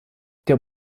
der